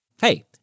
Hey